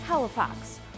Halifax